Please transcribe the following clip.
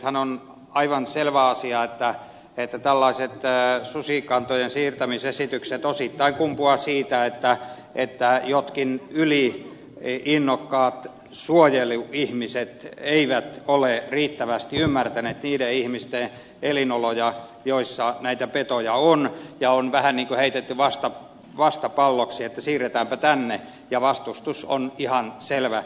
nythän on aivan selvä asia että tällaiset susikantojen siirtämisesitykset kumpuavat osittain siitä että jotkut yli innokkaat suojeluihmiset eivät ole riittävästi ymmärtäneet niiden ihmisten elinoloja joiden alueella näitä petoja on ja on vähän niin kuin heitetty vastapalloksi että siirretäänpä tänne ja vastustus on ihan selvä